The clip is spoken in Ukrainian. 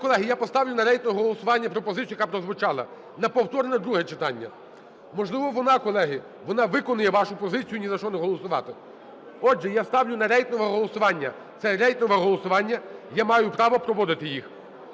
я поставлю на рейтингове голосування пропозицію, яка прозвучала, на повторне друге читання. Можливо, вона, колеги, вона виконає вашу позицію – ні за що не голосувати. Отже, я ставлю на рейтингове голосування, це є рейтингове голосування, я маю право проводити їх.